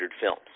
films